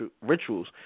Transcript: rituals